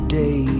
day